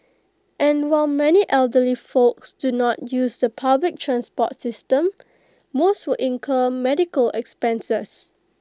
and while many elderly folks do not use the public transport system most would incur medical expenses